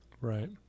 Right